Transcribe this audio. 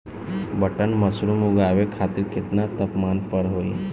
Button mushroom उगावे खातिर केतना तापमान पर होई?